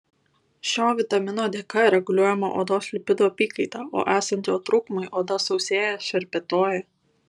šio vitamino dėka reguliuojama odos lipidų apykaita o esant jo trūkumui oda sausėja šerpetoja